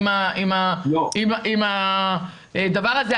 הדבר הזה,